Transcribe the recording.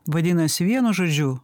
vadinasi vienu žodžiu